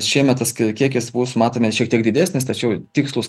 šiemet tas kiekis bus matome šiek tiek didesnis tačiau tikslūs